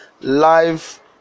live